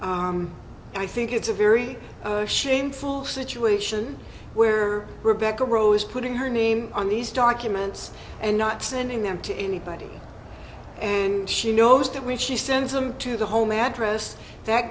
that i think it's a very shameful situation where rebecca rose putting her name on these documents and not sending them to anybody and she knows that when she sends them to the home address that